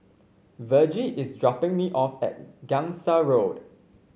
Vergie is dropping me off at Gangsa Road